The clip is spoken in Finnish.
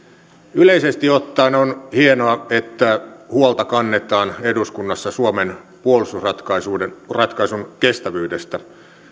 yleisesti ottaen on hienoa että eduskunnassa kannetaan huolta suomen puolustusratkaisun kestävyydestä